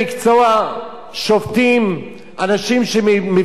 אנשים שמבינים טוב בסוגיה ובזכויות